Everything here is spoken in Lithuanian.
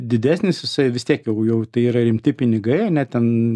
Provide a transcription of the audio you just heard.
didesnis jisai vis tiek jau jau tai yra rimti pinigai ane ten